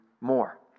more